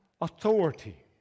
authority